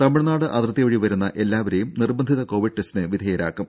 തമിഴ്നാട് അതിർത്തി വഴി വരുന്ന എല്ലാവരെയും നിർബന്ധിത കോവിഡ് ടെസ്റ്റിന് വിധേയരാക്കും